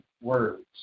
words